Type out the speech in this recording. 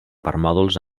permòdols